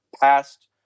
past